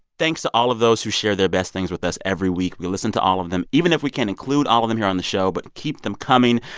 thanks to all of those who share their best things with us every week. we listen to all of them, even if we can't include all of them here on the show. but keep them coming.